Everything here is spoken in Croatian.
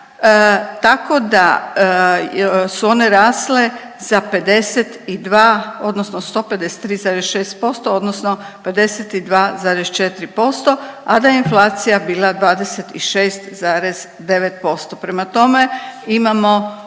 tako da su one rasle za 52 odnosno 153,6% odnosno 52,4%, a da je inflacija bila 26,9%. Prema tome, imamo